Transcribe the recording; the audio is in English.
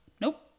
nope